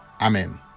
Amen